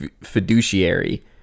fiduciary